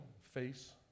face